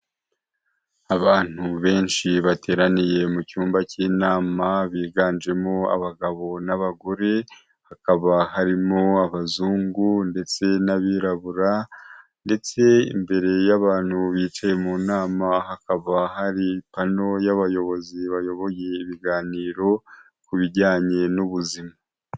Abantu benshi bateraniye mu cyumba cy'inama biganjemo abagabo n'abagore, hakaba harimo abazungu ndetse n'abirabura ndetse imbere y'abantu bicaye mu nama hakaba hari pano y'abayobozi bayoboye ibiganiro ku bijyanye n'ubuzima.